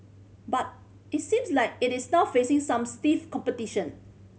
but it seems like it is now facing some stiff competition